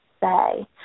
say